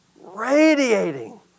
radiating